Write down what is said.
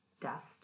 dust